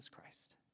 Christ